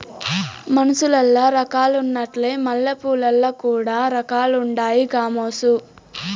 మనుసులల్ల రకాలున్నట్లే మల్లెపూలల్ల కూడా రకాలుండాయి గామోసు